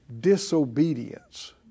disobedience